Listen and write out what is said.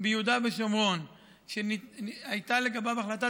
ביהודה ושומרון שהייתה לגביו החלטת